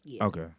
Okay